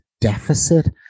deficit